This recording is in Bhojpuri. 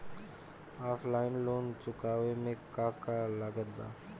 ऑफलाइन लोन चुकावे म का का लागत बा?